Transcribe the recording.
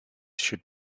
should